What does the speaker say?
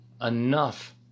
enough